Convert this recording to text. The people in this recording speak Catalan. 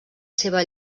seva